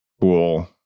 cool